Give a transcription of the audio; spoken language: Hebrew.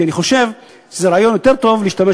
כי אני חושב שזה רעיון יותר טוב לשימוש